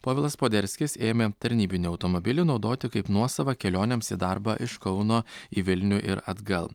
povilas poderskis ėmė tarnybinį automobilį naudoti kaip nuosavą kelionėms į darbą iš kauno į vilnių ir atgal